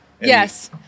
Yes